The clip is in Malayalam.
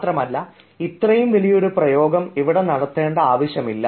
മാത്രമല്ല ഇത്രയും വലിയൊരു പ്രയോഗം അവിടെ നടത്തേണ്ട ആവശ്യമില്ല